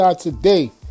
today